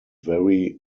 very